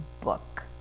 book